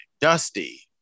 Dusty